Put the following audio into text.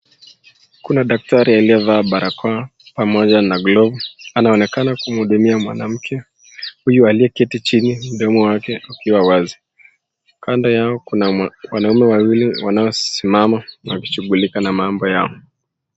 Kuna daktari aliyevaa barakoa pamoja na glavu. Anaonekana kumhudumia mwanamke huyo aliyeketi chini mdomo wake ukiwa wazi. Kando yao kuna wanaume wawili wanaosimama wakishughulika na mambo yao.